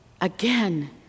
again